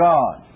God